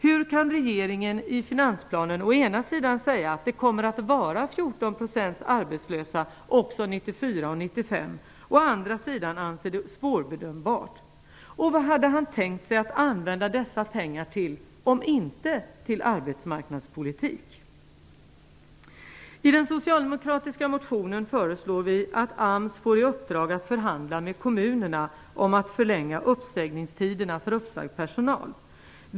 Hur kan regeringen i finansplanen å ena sidan säga att det kommer att finnas 14 % arbetslösa också under 1994 och 1995 och å andra sidan anse det hela svårbedömbart? Vad hade arbetsmarknadsministern tänkt sig att använda dessa pengar till om inte till arbetsmarknadspolitik? I den socialdemokratiska motionen föreslår vi att AMS får i uppdrag att förhandla med kommunerna om att förlänga uppsägningstiderna för uppsagd personal.